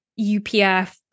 UPF